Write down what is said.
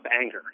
anger